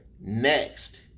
Next